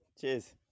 Cheers